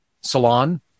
Salon